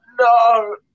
no